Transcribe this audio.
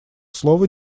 слово